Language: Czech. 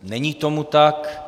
Není tomu tak.